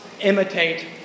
imitate